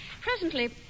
Presently